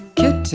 kitten